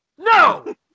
No